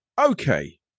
Okay